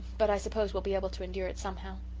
but i suppose we'll be able to endure it somehow.